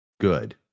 good